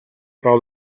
par